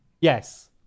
Yes